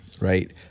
right